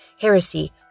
heresy